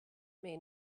may